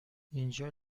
اینجا